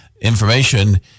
information